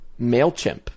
MailChimp